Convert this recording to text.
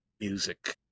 music